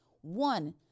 one